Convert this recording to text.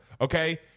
Okay